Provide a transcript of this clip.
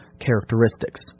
characteristics